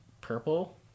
purple